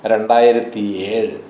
രണ്ടായിരത്തി ഏഴ്